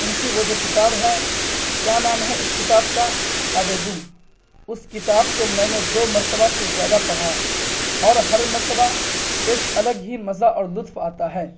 ان کی وہ جو کتاب ہے کیا نام ہے اس کتاب کا آب گم اس کتاب کو میں نے دو مرتبہ سے زیادہ پڑھا اور ہر مرتبہ ایک الگ ہی مزہ اور لطف آتا ہے